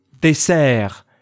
dessert